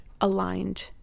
aligned